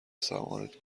سوارت